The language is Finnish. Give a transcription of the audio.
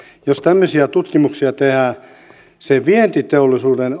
jos tämmöisiä tutkimuksia tehdään se vientiteollisuuden